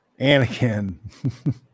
Anakin